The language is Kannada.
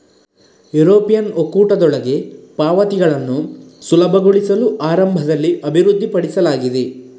ಯುರೋಪಿಯನ್ ಒಕ್ಕೂಟದೊಳಗೆ ಪಾವತಿಗಳನ್ನು ಸುಲಭಗೊಳಿಸಲು ಆರಂಭದಲ್ಲಿ ಅಭಿವೃದ್ಧಿಪಡಿಸಲಾಗಿದೆ